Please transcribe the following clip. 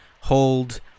hold